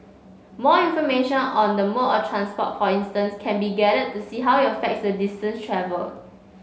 more information on the mode of transport for instance can be gathered to see how it affects the distance travelled